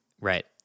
Right